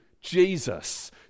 Jesus